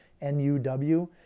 N-U-W